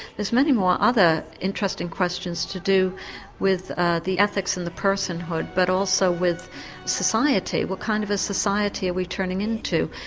there's many more other interesting questions to do with ah the ethics and the personhood, but also with society, what kind of a society are we turning into?